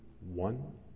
one